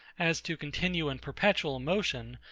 as to continue in perpetual motion,